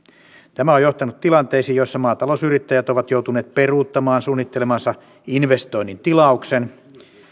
tämä on johtanut tilanteisiin joissa maatalousyrittäjät ovat joutuneet peruuttamaan suunnittelemansa investoinnin tilauksen